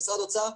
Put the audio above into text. כמשרד האוצר,